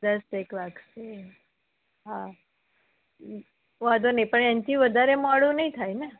દસ એક વાગશે હા વાંધો નહીં પણ એનાથી વધારે મોડું નહીં થાયને